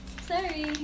Sorry